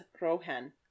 Rohan